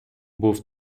був